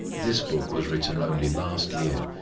this book was written only last year,